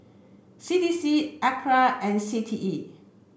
C D C and C T E